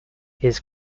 his